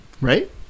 Right